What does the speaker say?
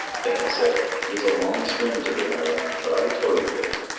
then he said, it is a long swim to the island. but i will tow you there.